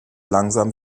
langsam